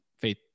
faith